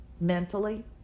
mentally